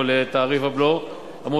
הכולל את תעריף הבלו המעודכן,